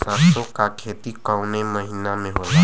सरसों का खेती कवने महीना में होला?